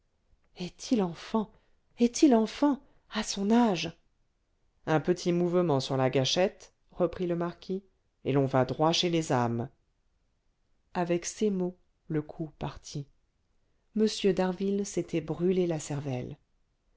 est-il enfant est-il enfant à son âge un petit mouvement sur la gâchette reprit le marquis et l'on va droit chez les âmes avec ces mots le coup partit m d'harville s'était brûlé la cervelle